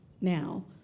now